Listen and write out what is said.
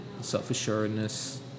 self-assuredness